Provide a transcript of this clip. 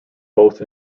both